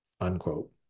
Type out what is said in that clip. unquote